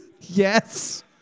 Yes